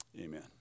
Amen